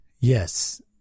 Yes